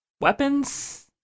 weapons